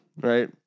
Right